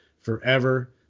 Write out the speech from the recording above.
forever